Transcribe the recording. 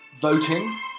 voting